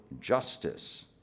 justice